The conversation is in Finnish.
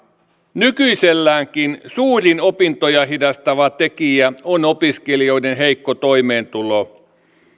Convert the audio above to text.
nykyiselläänkin suurin opintoja hidastava tekijä on opiskelijoiden heikko toimeentulo